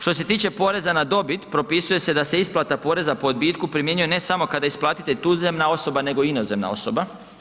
Što se tiče poreza na dobit, propisuje se da se isplata poreza po odbitku primjenjuje ne samo kada je isplatitelj tuzemna osoba, nego i inozemna osoba.